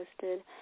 posted